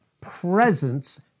presence